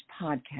podcast